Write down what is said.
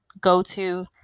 go-to